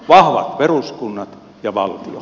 vahvat peruskunnat ja valtio